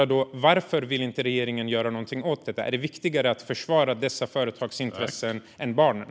Varför vill inte regeringen göra något åt detta? Är det viktigare att försvara dessa företags intressen än barnen?